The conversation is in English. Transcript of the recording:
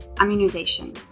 immunization